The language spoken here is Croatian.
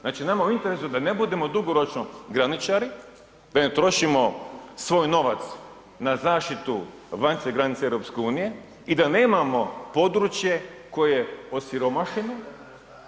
Znači nama je u interesu da ne budemo dugoročno graničari, da ne trošimo svoj novac na zaštitu vanjske granice EU i da nemamo područje koje je osiromašeno